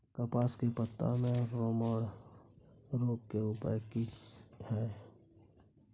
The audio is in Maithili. कपास के पत्ता में मरोड़ रोग के उपाय की हय?